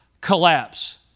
collapse